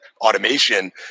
automation